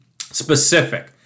specific